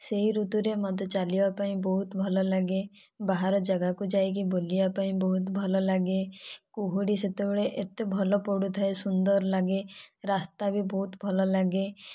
ସେହି ଋତୁରେ ମୋତେ ଚାଲିବା ପାଇଁ ବହୁତ ଭଲ ଲାଗେ ବାହାର ଜାଗାକୁ ଯାଇକି ବୁଲିବା ପାଇଁ ବହୁତ ଭଲ ଲାଗେ କୁହୁଡ଼ି ସେତେବେଳେ ଏତେ ଭଲ ପଡ଼ୁଥାଏ ସୁନ୍ଦର ଲାଗେ ରାସ୍ତା ବି ବହୁତ ଭଲ ଲାଗେ